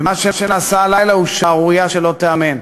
ומה שנעשה הלילה הוא שערורייה שלא תיאמן,